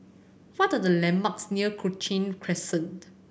what are the landmarks near Cochrane Crescent